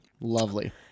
Lovely